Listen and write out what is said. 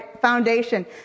foundation